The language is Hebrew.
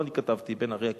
לא אני כתבתי, בן-ארי הקיצוני,